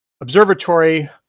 observatory